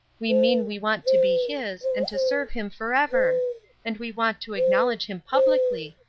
we mean we want to be his, and to serve him forever and we want to acknowledge him publicly,